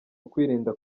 ukwirinda